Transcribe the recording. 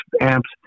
amps